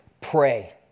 Pray